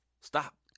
Stop